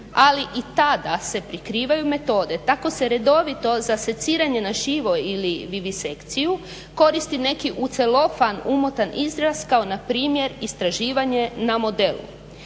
ali i tada se prikrivaju metode. Tako se redovito za seciranje na živo ili vivisekciju koristi neki u celofan umotan izraz kao na primjer istraživanje na modelu.